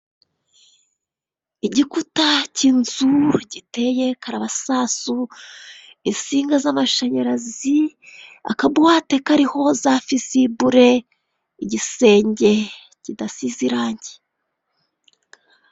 Igikuta cy'inzu giteye karabasasu, insinga z'amashanyarazi, akabuwate kariho za fizibure, igisenge kidasize irangi.